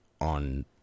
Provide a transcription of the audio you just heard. on